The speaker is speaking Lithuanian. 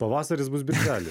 pavasarisnbus birželį